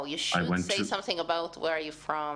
תאמר מאיפה אתה.